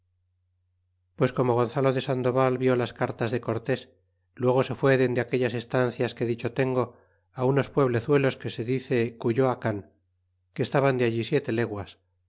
pues como gonzalo de sandoval vió las cartas de cortés luego se fue dende aquellas estancias que dicho tengo á unos pueblezuelos que se dice cuyoacan que estaban de allí siete leguas